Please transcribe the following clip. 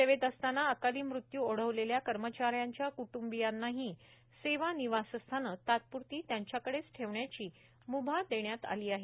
सेवेत असताना अकाली मृत्यू ओढवलेल्या कर्मचाऱ्यांच्या क्ट्ंबियांनाही सेवा निवासस्थानं तात्प्रती त्यांच्याकडेच ठेवण्याची म्भा देण्यात आली आहे